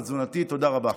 תודה רבה.